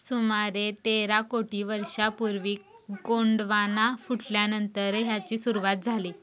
सुमारे तेरा कोटी वर्षापूर्वी गोंडवाना फुटल्यानंतर ह्याची सुरुवात झाली